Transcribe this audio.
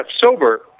sober